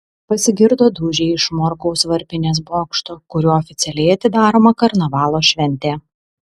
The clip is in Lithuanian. pasigirdo dūžiai iš morkaus varpinės bokšto kuriuo oficialiai atidaroma karnavalo šventė